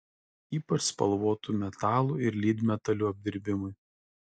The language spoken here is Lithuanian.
ypač spalvotų metalų ir lydmetalių apdirbimui